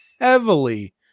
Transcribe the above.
heavily